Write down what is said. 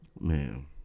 Man